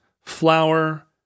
flour